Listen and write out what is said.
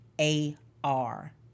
A-R